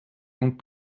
und